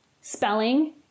spelling